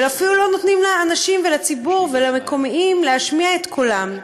ואפילו לא נותנים לאנשים ולציבור ולמקומיים להשמיע את קולם.